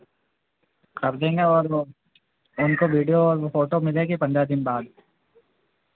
कर देंगे और बोल इनको वीडिओ और फोटो मिलेगी पंद्रह दिन बाद